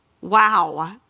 wow